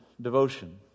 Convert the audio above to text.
devotion